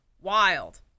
wild